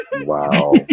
Wow